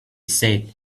said